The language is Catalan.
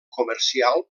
comercial